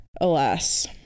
Alas